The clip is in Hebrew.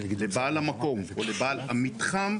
לבעל המקום או לבעל המתחם,